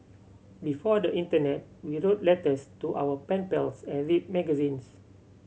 before the internet we wrote letters to our pen pals and read magazines